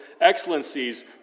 excellencies